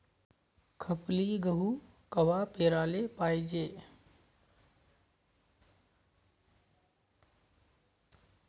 खपली गहू कवा पेराले पायजे?